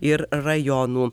ir rajonų